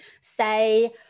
say